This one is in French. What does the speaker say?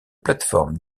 plateformes